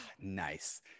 Nice